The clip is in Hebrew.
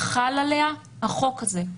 חל עליה החוק הזה.